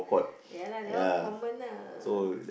ya lah they all common lah